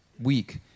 week